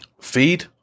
feed